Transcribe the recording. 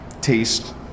Taste